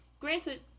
granted